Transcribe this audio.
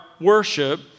worship